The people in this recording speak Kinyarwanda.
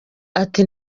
ati